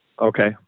Okay